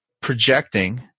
projecting